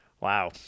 Wow